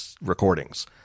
recordings